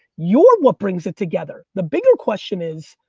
you're what brings it together. the bigger question is,